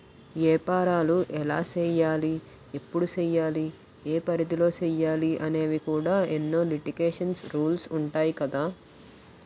ఏపారాలు ఎలా సెయ్యాలి? ఎప్పుడు సెయ్యాలి? ఏ పరిధిలో సెయ్యాలి అనేవి కూడా ఎన్నో లిటికేషన్స్, రూల్సు ఉంటాయి కదా